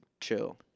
chill